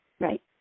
Right